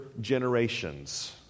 generations